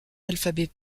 alphabet